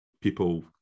people